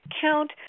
count